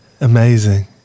Amazing